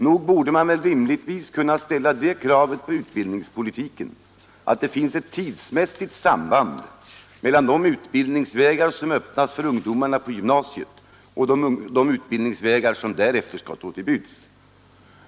Nog borde man rimligtvis kunna ställa det kravet på utbildningspolitiken att det finns ett tidsmässigt samband mellan de utbildningsvägar som öppnas för ungdomarna på gymnasiet och de utbildningsvägar som därefter skall stå till buds.